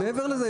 מעבר לזה,